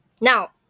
Now